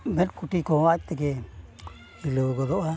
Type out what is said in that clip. ᱢᱮᱫ ᱠᱩᱴᱤ ᱠᱚᱦᱚᱸ ᱟᱡ ᱛᱮᱜᱮ ᱦᱤᱞᱟᱹᱣ ᱜᱚᱫᱚᱜᱼᱟ